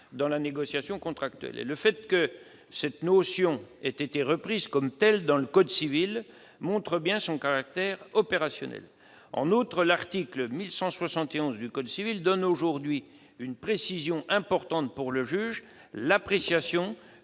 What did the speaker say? dans la négociation contractuelle. Le fait que cette notion ait été reprise comme telle dans le code civil montre bien son caractère opérationnel. En outre, l'article 1171 du code civil donne aujourd'hui une précision importante pour le juge : l'appréciation